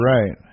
Right